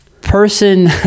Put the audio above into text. person